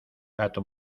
gato